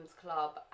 Club